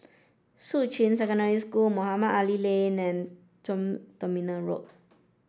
Shuqun Secondary School Mohamed Ali Lane and Tuas Terminal Road